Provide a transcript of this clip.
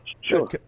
Sure